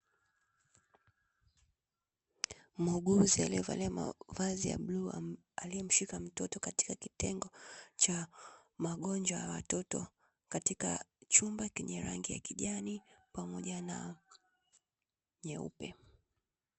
Muuguzi aliyevalia mavazi ya bluu, aliyemshika mtoto katika kitengo cha magonjwa ya watoto, katika chumba chenye rangi ya kijani pamoja na nyeupe.